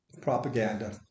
propaganda